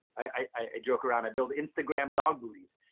i joke around, i build instagram dog booties.